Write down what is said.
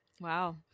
Wow